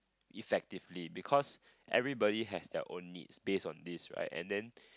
effectively because everybody has their own needs base on this right and then